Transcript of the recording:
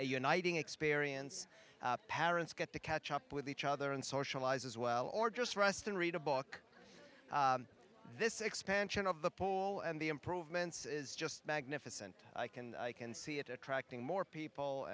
uniting experience parents get to catch up with each other and socialize as well or just rest and read a book this expansion of the pool and the improvements is just magnificent i can see it attracting more